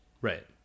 Right